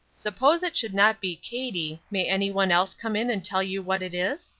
suppose it should not be katie, may any one else come in and tell you what it is?